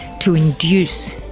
to induce